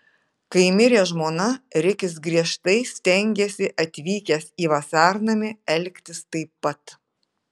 kai mirė žmona rikis griežtai stengėsi atvykęs į vasarnamį elgtis taip pat